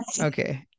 okay